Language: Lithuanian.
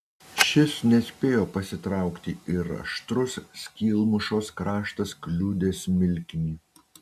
šis nespėjo pasitraukti ir aštrus skylmušos kraštas kliudė smilkinį